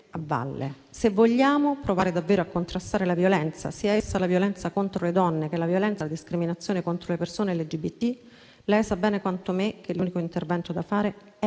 a valle, se vogliamo provare davvero a contrastare la violenza, sia essa contro le donne o violenza e discriminazione contro le persone LGBT, lei sa bene quanto me che l'unico intervento da fare è